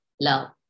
love